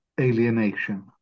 alienation